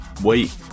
wait